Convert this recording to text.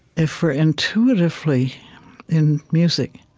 if we're intuitively in music,